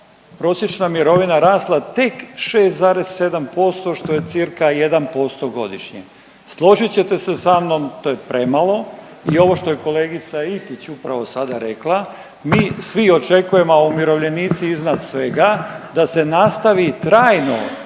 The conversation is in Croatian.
prosječna mirovina rasla tek 6,7%, što je cca 1% godišnje. Složit ćete se sa mnom, to je premalo i ovo što je kolegica Iljkić upravo sada rekla, mi svi očekujemo, a umirovljenici iznad svega, da se nastavi trajno,